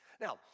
Now